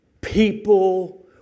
people